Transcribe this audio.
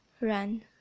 Run